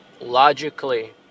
logically